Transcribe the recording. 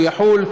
הוא יחול,